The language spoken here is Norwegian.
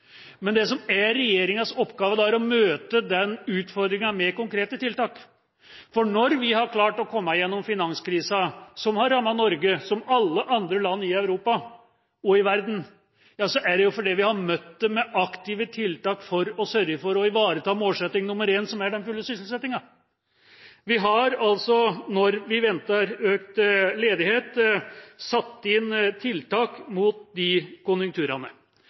Men det som er regjeringas oppgave, er å møte den utfordringen med konkrete tiltak. Når vi har klart å komme gjennom finanskrisa, som har rammet Norge, som alle andre land i Europa og i verden, er det fordi vi har møtt det med aktive tiltak for å sørge for å ivareta målsetting nr. 1, som er den fulle sysselsettingen. Vi har når vi har ventet økt ledighet, satt inn tiltak mot disse konjunkturene.